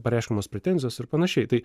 pareiškiamos pretenzijos ir panašiai tai